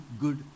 good